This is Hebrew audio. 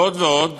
זאת ועוד,